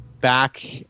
Back